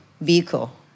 vehicle